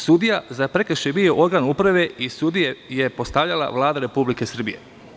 Sudija za prekršaje je bio organ uprave i sudije je postavljala Vlada Republike Srbije.